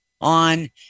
on